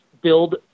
build